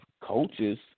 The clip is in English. coaches